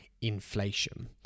inflation